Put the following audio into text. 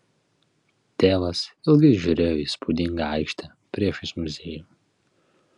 tėvas ilgai žiūrėjo į įspūdingą aikštę priešais muziejų